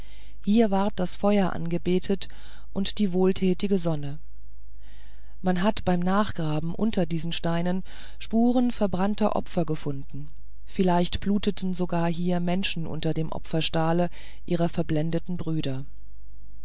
hier ward das feuer angebetet und die wohltätige sonne man hat beim nachgraben unter diesen steinen spuren verbrannter opfer gefunden vielleicht bluteten sogar hier menschen unter dem opferstahle ihrer verblendeten brüder